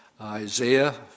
Isaiah